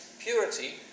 Purity